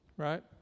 Right